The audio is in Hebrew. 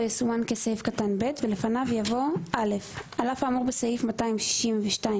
יסומן כסעיף קטן (ב) ולפני יבוא: "(א) על אף האמור בסעיף 262(1א),